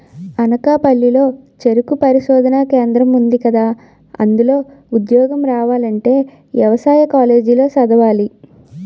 అనకాపల్లి లో చెరుకు పరిశోధనా కేంద్రం ఉందికదా, అందులో ఉద్యోగం రావాలంటే యవసాయ కాలేజీ లో చదవాలి